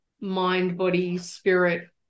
mind-body-spirit